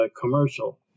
commercial